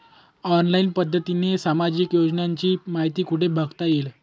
Online पद्धतीने सामाजिक योजनांची माहिती कुठे बघता येईल?